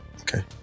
Okay